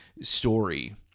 story